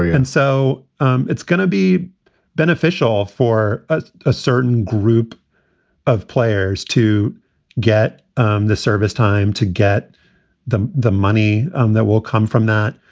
yeah and so um it's going to be beneficial for ah a certain group of players to get um the service time to get the the money um that will come from that.